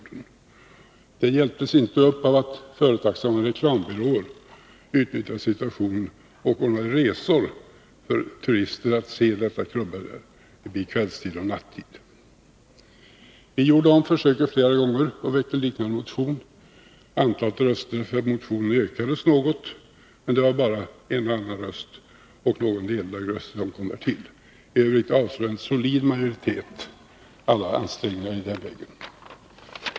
Det hela hjälptes inte upp av att företagsamma reklambyråer utnyttjade situationen och ordnade resor för turister för att se dessa klubbar under kvällstid och nattetid. Vi gjorde om försöket flera gånger och väckte liknande motioner. Antalet röster för motionerna ökade något, men det var bara en och annan röst och någon nedlagd röst som kom till. I övrigt avslog en solid majoritet alla ansträngningar i den vägen.